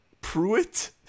pruitt